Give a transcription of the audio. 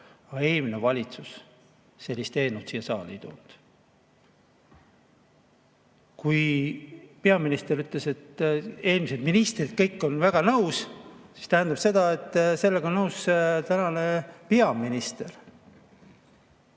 aga eelmine valitsus sellist eelnõu siia saali ei toonud. Kui peaminister ütles, et eelmised ministrid on kõik väga nõus, siis see tähendab seda, et sellega on nõus tänane peaminister.